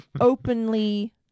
openly